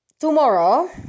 tomorrow